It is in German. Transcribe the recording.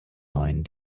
neuen